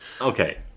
okay